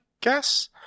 guess